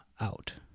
out